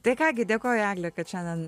tai ką gi dėkoju egle kad šiandien